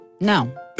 No